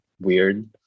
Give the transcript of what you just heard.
weird